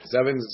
Seven